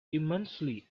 immensely